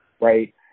right